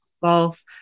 False